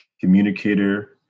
communicator